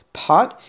pot